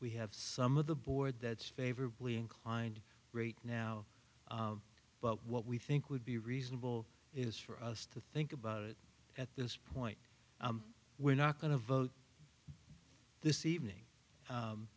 we have some of the board that's favorably inclined rate now but what we think would be reasonable is for us to think about it at this point we're not going to vote this evening